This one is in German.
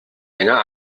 länger